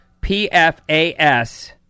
PFAS